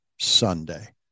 Sunday